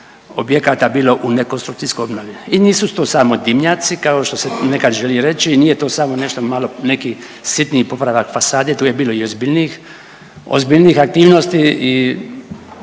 objekata bilo u nekonstrukcijskoj obnovi i nisu to samo dimnjaci, kao što se nekad želi reći i nije to samo nešto malo, neki sitni popravak fasade, tu je bilo i ozbiljnijih aktivnosti i